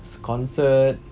sc~ concorde